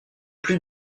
plus